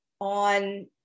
on